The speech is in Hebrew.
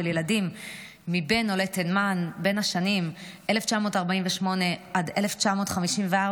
ילדים מבין עולי תימן בין השנים 1948 עד 1954,